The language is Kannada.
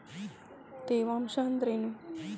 ತೇವಾಂಶ ಅಂದ್ರೇನು?